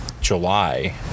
July